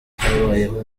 habayeho